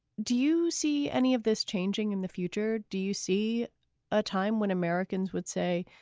do you see any of this changing in the future? do you see a time when americans would say,